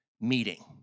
meeting